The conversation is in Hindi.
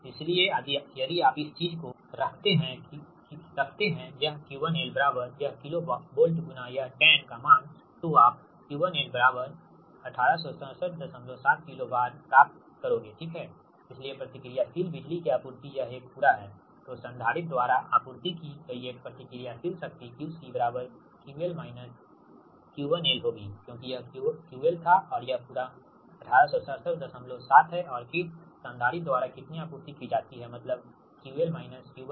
इसलिए यदि आप इस चीज को रखते है यह𝑄1L बराबर यह किलो वोल्ट गुणा यह tan का मान तो आप 𝑄1L 18677 kilo VAR प्राप्त करोगे ठीक है इसलिए प्रतिक्रियाशील बिजली की आपूर्ति यह एक पूरा है तो संधारित्र द्वारा आपूर्ति की गई एक प्रतिक्रियाशील शक्ति QC QL 𝑄1L होगी क्योंकि यह QL था और पूरा यह 18677 है और फिर संधारित्र द्वारा कितनी आपूर्ति की जाती है मतलब QL 𝑄1L